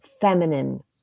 feminine